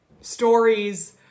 Stories